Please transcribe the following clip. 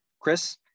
Chris